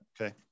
okay